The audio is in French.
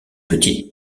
petite